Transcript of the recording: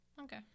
Okay